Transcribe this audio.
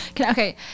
Okay